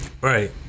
Right